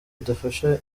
idafasha